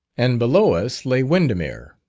and below us lay windermere,